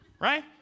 Right